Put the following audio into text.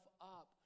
up